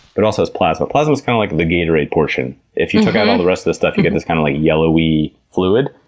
but also has plasma. plasma is kind of like the gatorade portion. if you took out all the rest of the stuff you get this, kind of, yellowy fluid.